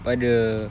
pada